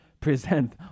present